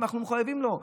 ואנחנו מחויבים לה.